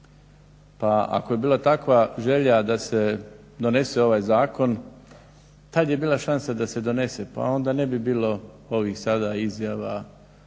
Pa ako je bila takva želja da se donese ovaj zakon tad je bila šansa da se donese pa onda ne bi bilo ovih sada izjava,